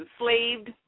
enslaved